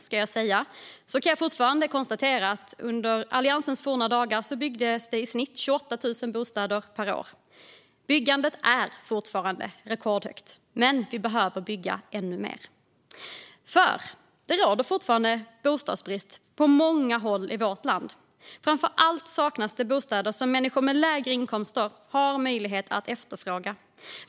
Men jag kan fortfarande konstatera att det under Alliansens forna dagar byggdes i snitt 28 000 bostäder per år. Byggandet är fortfarande rekordhögt. Men vi behöver bygga ännu mer, för det råder fortfarande bostadsbrist på många håll i vårt land. Framför allt saknas det bostäder som människor med lägre inkomster har möjlighet att efterfråga.